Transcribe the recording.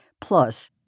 Plus